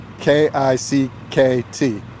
K-I-C-K-T